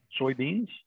soybeans